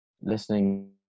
listening